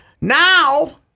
Now